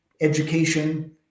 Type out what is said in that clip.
education